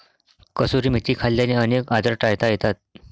कसुरी मेथी खाल्ल्याने अनेक आजार टाळता येतात